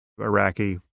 Iraqi